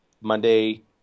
Monday